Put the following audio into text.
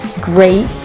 great